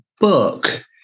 book